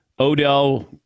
Odell